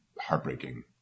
heartbreaking